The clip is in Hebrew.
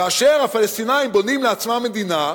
כאשר הפלסטינים בונים לעצמם מדינה,